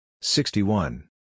sixty-one